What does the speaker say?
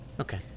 Okay